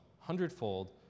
hundredfold